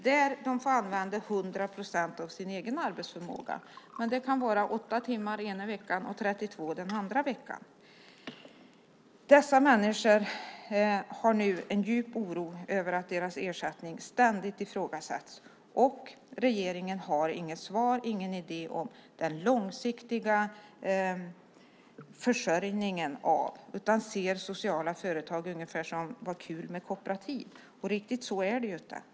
Där får de använda 100 procent av sin egen arbetsförmåga, men det kan vara 8 timmar ena veckan och 32 timmar den andra veckan. Dessa människor känner nu en djup oro över att deras ersättning ständigt ifrågasätts, och regeringen har inget svar och ingen idé om den långsiktiga försörjningen utan ser det ungefär som att det är ju kul med kooperativ. Riktigt så är det inte.